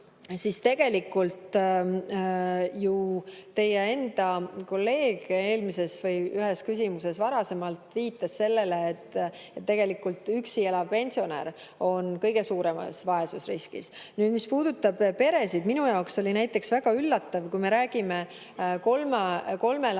siis teie enda kolleeg eelmises või ühes küsimuses varasemalt viitas sellele, et tegelikult üksi elav pensionär on kõige suuremas vaesusriskis. Mis puudutab peresid, siis minu jaoks oli näiteks väga üllatav, et kui me räägime kolmelapseliste